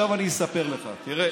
עכשיו אני אספר לך, תראה,